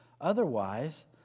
Otherwise